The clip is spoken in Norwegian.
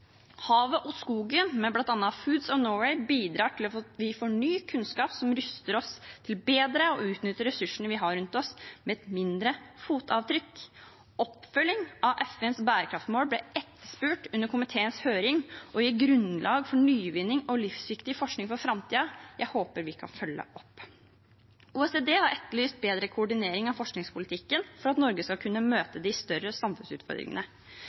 Havet og skogen, med bl.a. Foods of Norway, bidrar til at vi får ny kunnskap som ruster oss til bedre å utnytte ressursene vi har rundt oss, med et mindre fotavtrykk. Oppfølgingen av FNs bærekraftsmål ble etterspurt under komiteens høring og gir grunnlag for nyvinninger og livsviktig forskning for framtiden jeg håper vi kan følge opp. OECD har etterlyst en bedre koordinering av forskningspolitikken for at Norge skal kunne møte de større samfunnsutfordringene.